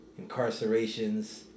incarcerations